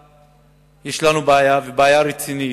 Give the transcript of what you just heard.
יש לנו בעיה, ובעיה רצינית,